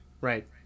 right